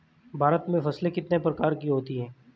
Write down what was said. भारत में फसलें कितने प्रकार की होती हैं?